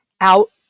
out